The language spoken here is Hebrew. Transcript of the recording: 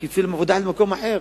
כי הציעו להם עבודה במקום אחר,